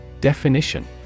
Definition